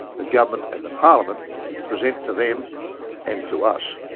the government and the parliament present to them and to us.